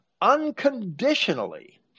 unconditionally